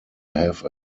have